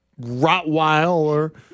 Rottweiler